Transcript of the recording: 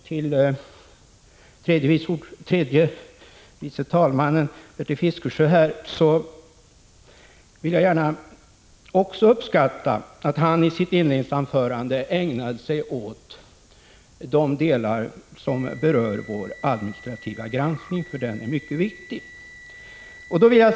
Till tredje vice talmannen Bertil Fiskesjö vill jag säga att jag också uppskattar att han i sitt inledningsanförande ägnade sig åt de delar som berör vår administrativa granskning, för den är mycket viktig.